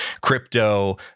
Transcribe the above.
crypto